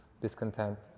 discontent